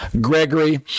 Gregory